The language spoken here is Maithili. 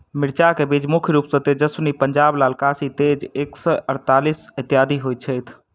मिर्चा केँ बीज मुख्य रूप सँ तेजस्वनी, पंजाब लाल, काशी तेज एक सै अड़तालीस, इत्यादि होए छैथ?